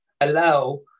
allow